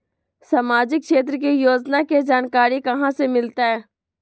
सामाजिक क्षेत्र के योजना के जानकारी कहाँ से मिलतै?